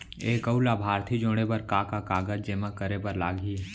एक अऊ लाभार्थी जोड़े बर का का कागज जेमा करे बर लागही?